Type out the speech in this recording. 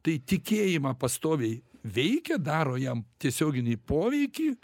tai tikėjimą pastoviai veikia daro jam tiesioginį poveikį